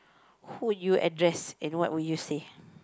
who you address and what will you say